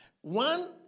One